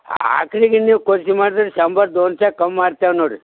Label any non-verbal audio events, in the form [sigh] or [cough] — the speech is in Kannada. ಆಕಳಿಗೆ ನೀವು ಖರ್ಚು ಮಾಡಿದ್ರ [unintelligible] ಕಮ್ಮಿ ಮಾಡ್ತೇವೆ ನೋಡಿರಿ